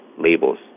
labels